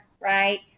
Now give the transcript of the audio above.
right